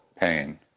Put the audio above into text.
pain